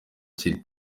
kiri